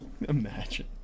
Imagine